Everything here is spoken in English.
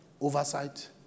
Oversight